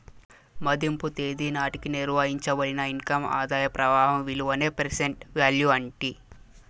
మదింపు తేదీ నాటికి నిర్వయించబడిన ఇన్కమ్ ఆదాయ ప్రవాహం విలువనే ప్రెసెంట్ వాల్యూ అంటీ